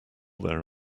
there